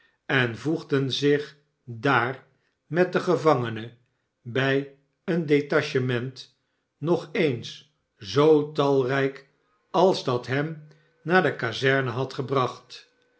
en voegden zich daar met den gevangene bij een detachement nog eens zoo talrijk als dat hem naar de kazerne had gebracht